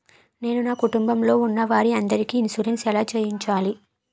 నేను నా కుటుంబం లొ ఉన్న వారి అందరికి ఇన్సురెన్స్ ఎలా చేయించాలి?